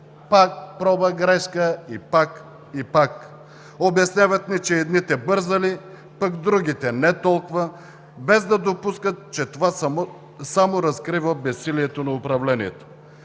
пак проба – грешка, и пак, и пак! Обясняват ни, че едните бързали, пък другите – не толкова, без да допускат, че това само разкрива безсилието на управлението.